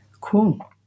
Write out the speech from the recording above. cool